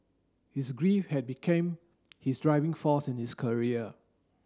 his grief had became his driving force in his career